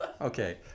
Okay